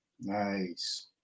Nice